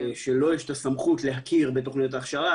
ולו יש את הסמכות להכיר בתוכניות ההכשרה,